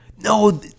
No